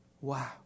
Wow